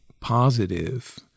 positive